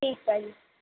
ਠੀਕ ਹੈ ਜੀ